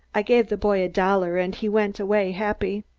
i gave the boy a dollar and he went away happy.